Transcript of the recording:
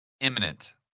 imminent